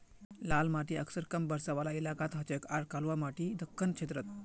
लाल माटी अक्सर कम बरसा वाला इलाकात हछेक आर कलवा माटी दक्कण क्षेत्रत